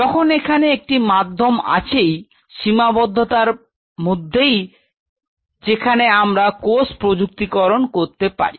যখন এখানে একটি মাধ্যম আছেই সীমাবদ্ধতার মধ্যেই যেখানে আমরা কোষ প্রজুক্তিকরণ করতে পারি